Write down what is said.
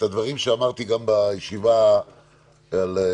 הדברים שאמרתי גם בישיבה לפני